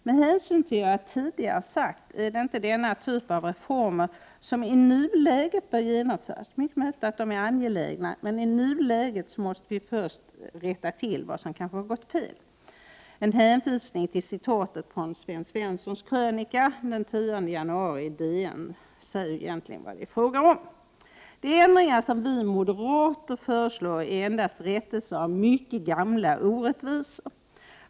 Med hänsyn till vad jag tidigare sagt är det inte denna typ av reformer som i nuläget bör genomföras — det är mycket möjligt att de är angelägna, men i nuläget måste vi först rätta till det som kanske har gått fel. En hänvisning till citatet från Sven Svenssons krönika den 10 januari i DN säger allt. De ändringar som vi moderater föreslår är endast justeringar av mycket gamla orättvisor.